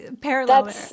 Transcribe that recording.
parallel